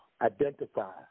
identify